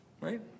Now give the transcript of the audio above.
Right